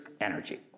energy